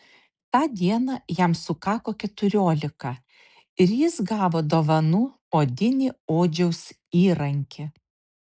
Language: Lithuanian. tą dieną jam sukako keturiolika ir jis gavo dovanų odinį odžiaus įrankį